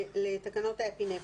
לתקנות האפינפרין.